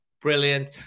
Brilliant